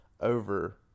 over